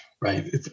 right